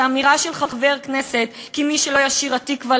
וכשאמירה של חבר הכנסת שמי שלא ישיר "התקווה"